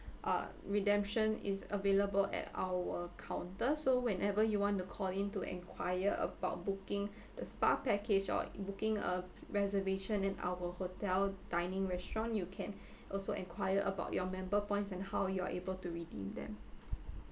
uh redemption is available at our counter so whenever you want to call in to enquire about booking the spa package or booking a reservation in our hotel dining restaurant you can also enquire about your member points and how you are able to redeem them